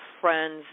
friends